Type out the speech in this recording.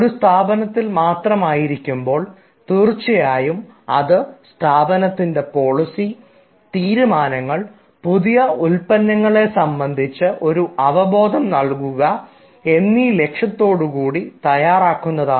ഒരു സ്ഥാപനത്തിൽ മാത്രം ആയിരിക്കുമ്പോൾ തീർച്ചയായും അത് സ്ഥാപനത്തിൻറെ പോളിസി തീരുമാനങ്ങൾ പുതിയ ഉൽപ്പന്നങ്ങളെ സംബന്ധിച്ച് ഒരു അവബോധം നൽകുക എന്നീ ലക്ഷ്യത്തോടുകൂടി തയ്യാറാക്കുന്നതാണ്